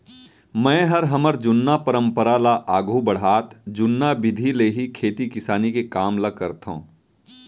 मैंहर हमर जुन्ना परंपरा ल आघू बढ़ात जुन्ना बिधि ले ही खेती किसानी के काम ल करथंव